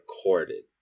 recorded